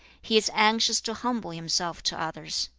he is anxious to humble himself to others.